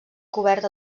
cobert